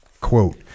Quote